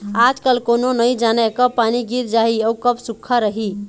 आजकाल कोनो नइ जानय कब पानी गिर जाही अउ कब सुक्खा रही